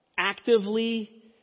actively